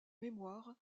mémoire